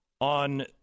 on